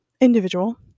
individual